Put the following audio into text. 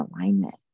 alignment